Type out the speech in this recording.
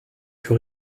que